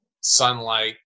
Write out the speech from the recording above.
sunlight